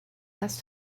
last